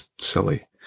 silly